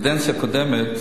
בקדנציה הקודמת